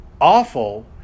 awful